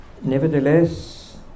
Nevertheless